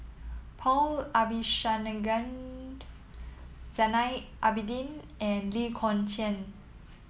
Paul Abisheganaden Zainal Abidin and Lee Kong Chian